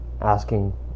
asking